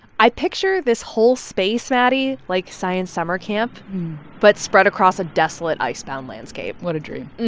i picture this whole space, maddie, like science summer camp but spread across a desolate ice-bound landscape what a dream